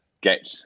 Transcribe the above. get